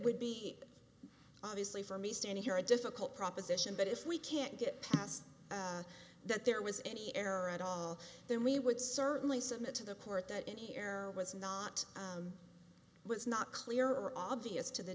would be obviously for me standing here a difficult proposition but if we can't get past that there was any error at all then we would certainly submit to the court that hair was not was not clear or all obvious to the